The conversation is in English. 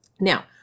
Now